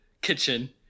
kitchen